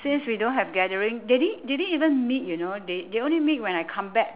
since we don't have gathering they didn't they didn't even meet you know they they only meet when I come back